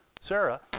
Sarah